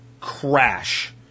crash